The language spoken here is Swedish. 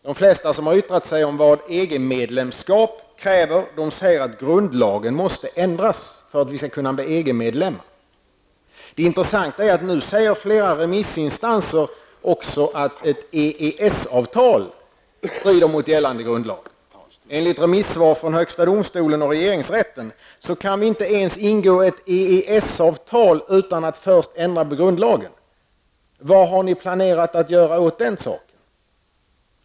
De flesta som har yttrat sig om vad EG-medlemskap kräver säger att grundlagen måste ändras för att vi skall kunna bli EG-medlemmar. Det är intressant att flera remissinstanser nu också säger att EES-avtal strider mot gällande grundlag. Enligt remissvar från högsta domstolen och regeringsrätten kan vi inte ens ingå ett EES-avtal utan att först ändra på grundlagen. Vad har ni planerat att göra åt den saken?